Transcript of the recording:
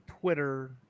twitter